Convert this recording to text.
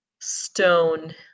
stone